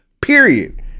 Period